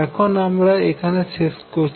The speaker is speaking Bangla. এখন আমরা এখানে শেষ করছি